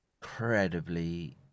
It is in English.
incredibly